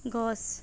গছ